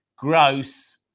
Gross